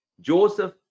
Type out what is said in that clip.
Joseph